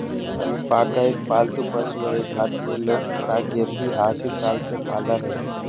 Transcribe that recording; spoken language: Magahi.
अलपाका एक पालतू पशु हई भारतीय लोग प्रागेतिहासिक काल से पालय हई